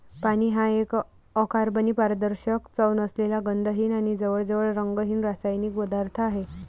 पाणी हा एक अकार्बनी, पारदर्शक, चव नसलेला, गंधहीन आणि जवळजवळ रंगहीन रासायनिक पदार्थ आहे